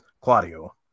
claudio